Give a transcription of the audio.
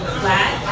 flat